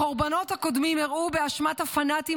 החורבנות הקודמים אירעו באשמת הפנטים,